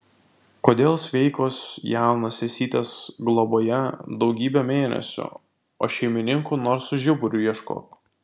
kodėl sveikos jaunos sesytės globoje daugybę mėnesių o šeimininkų nors su žiburiu ieškok